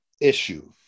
issue